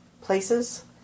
places